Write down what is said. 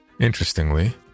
Interestingly